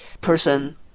person